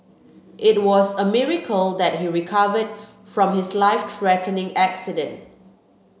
it was a miracle that he recovered from his life threatening accident